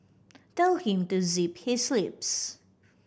tell him to zip his lips